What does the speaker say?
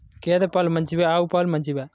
గేద పాలు మంచివా ఆవు పాలు మంచివా?